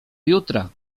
jutra